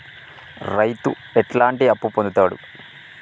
రైతు ఎట్లాంటి అప్పు పొందుతడు?